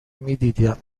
میدیدم